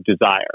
desire